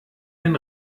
den